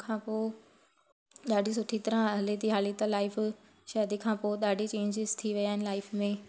हुन खां पोइ ॾाढी सुठी तरह हले थी हाली त लाइफ शादी खां पोइ ॾाढी चेंजिस थी विया आहिनि लाइफ में